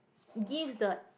gives the